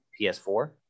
PS4